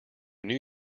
new